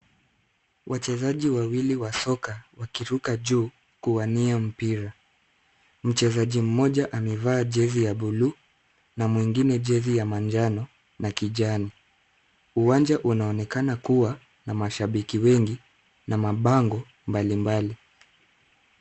Wachezaji wawili wa soka wakiruka juu kuwania mpira. Mchezaji mmoja amevaa jezi ya buluu na mwingine jezi ya manjano na kijani. Uwanja unaonekana kuwa na mashabiki wengi na mabango mbalimbali.